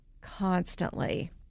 constantly